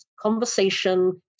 conversation